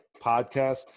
podcast